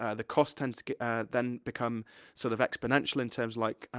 ah the cost tends to, and then, become sort of exponential in terms, like,